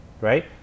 right